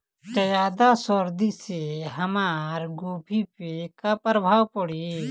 ज्यादा सर्दी से हमार गोभी पे का प्रभाव पड़ी?